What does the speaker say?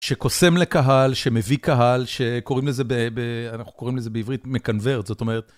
שכוסם לקהל, שמביא קהל, שקוראים לזה, אנחנו קוראים לזה בעברית מקנברט, זאת אומרת...